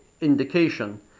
indication